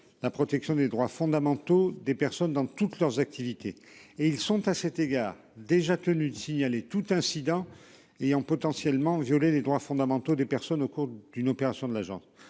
la protection des droits fondamentaux des personnes dans toutes leurs activités et ils sont à cet égard déjà tenus de signaler tout incident ayant potentiellement violé les droits fondamentaux des personnes au cours d'une opération de l'agence